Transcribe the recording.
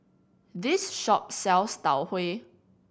this shop sells Tau Huay